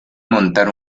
montar